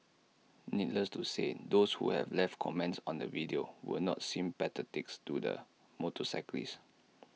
needless to say those who have left comments on the video were not sympathetic to the motorcyclist